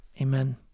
Amen